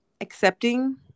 accepting